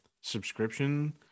subscription